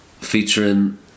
featuring